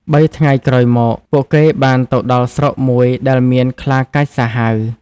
បីថ្ងៃក្រោយមក ពួកគេបានទៅដល់ស្រុកមួយដែលមានខ្លាកាចសាហាវ ។